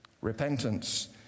Repentance